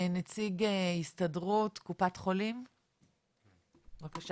נציג הסתדרות קופת החולים, בבקשה.